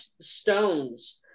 stones